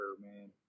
man